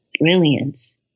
brilliance